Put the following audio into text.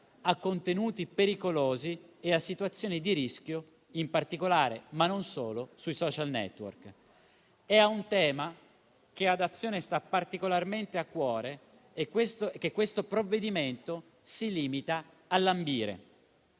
a contenuti pericolosi e a situazioni di rischio in particolare, ma non solo, sui *social network*. È un tema che ad Azione sta particolarmente a cuore e che questo provvedimento si limita a lambire,